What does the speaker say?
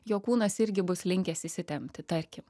jo kūnas irgi bus linkęs įsitempti tarkim